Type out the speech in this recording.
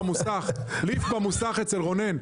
במוסך אצל רונן,